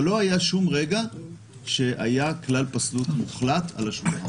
אבל לא היה שום רגע שהיה כלל פסלות מוחלט על השולחן.